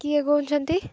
କିଏ କହୁଛନ୍ତି